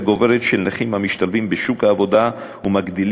של נכים המשתלבים בשוק העבודה ומגדילים את